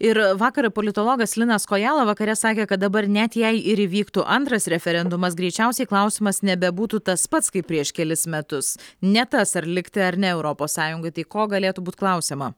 ir vakar politologas linas kojala vakare sakė kad dabar net jei ir įvyktų antras referendumas greičiausiai klausimas nebebūtų tas pats kaip prieš kelis metus ne tas ar likti ar ne europos sąjungoj tai ko galėtų būt klausiama